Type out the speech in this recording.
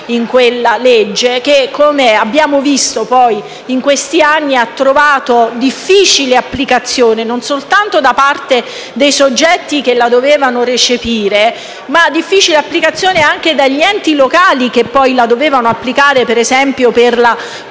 in quella legge che, come abbiamo visto in questi anni, ha trovato difficile applicazione, non soltanto da parte dei soggetti che la dovevano recepire, ma anche da parte degli enti locali che poi la dovevano applicare, ad esempio per